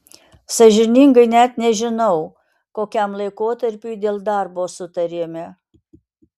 sąžiningai net nežinau kokiam laikotarpiui dėl darbo sutarėme